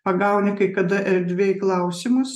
pagauni kai kada erdvėj klausimus